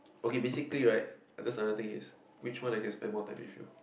okay basically right that's another thing is which one I can spend more time with you